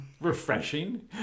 refreshing